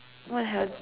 what the hell